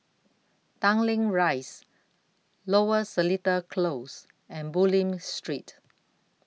Tanglin Rise Lower Seletar Close and Bulim Street